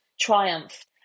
triumph